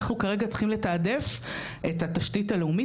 אנחנו כרגע צריכים לתעדף את התשתית הלאומית'.